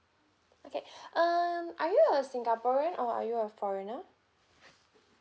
okay uh are you a singaporean or are you a foreigner